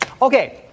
Okay